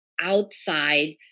outside